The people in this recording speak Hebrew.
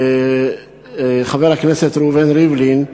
חבר הכנסת ראובן ריבלין.